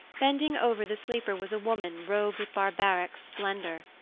bending over the sleeper was a woman robed with barbaric splendor.